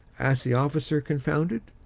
asked the officer, confounded.